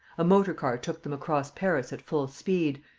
a motor-car took them across paris at full speed,